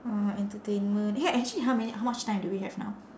uh entertainment eh actually how many how much time do we have now